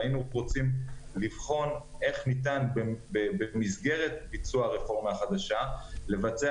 והיינו רוצים לפעול איך ניתן במסגרת ביצוע הרפורמה החדשה לבצע